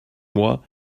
moi